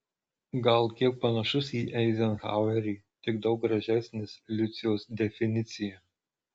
gal kiek panašus į eizenhauerį tik daug gražesnis liucijos definicija